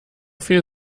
viel